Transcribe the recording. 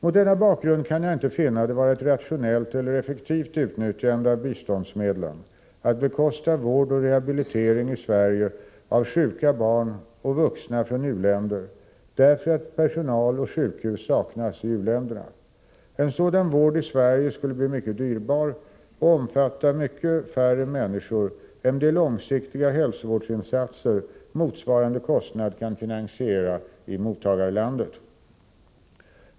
Mot denna bakgrund kan jag inte finna det vara ett rationellt eller effektivt utnyttjande av biståndsmedlen att bekosta vård och rehabilitering i Sverige av sjuka barn och vuxna från u-länder därför att personal och sjukhus saknas i u-länderna. En sådan vård i Sverige skulle bli mycket dyrbar och omfatta mycket färre människor än de långsiktiga hälsovårdsinsatser motsvarande kostnad kan finansiera i mottagarlandet.